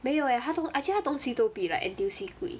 没有 eh 他东 actually 他东西都比 like N_T_U_C 贵